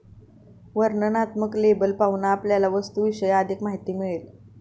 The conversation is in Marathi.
वर्णनात्मक लेबल पाहून आपल्याला वस्तूविषयी अधिक माहिती मिळेल